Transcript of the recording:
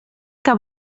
que